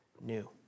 new